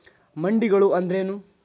ಮಂಡಿಗಳು ಅಂದ್ರೇನು?